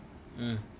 ya